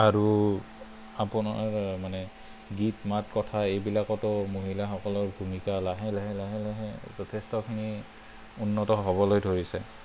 আৰু আপোনাৰ মানে গীত মাত কথা এইবিলাকতো মহিলাসকলৰ ভূমিকা লাহে লাহে লাহে লাহে যথেষ্টখিনি উন্নত হ'বলৈ ধৰিছে